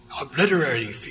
obliterating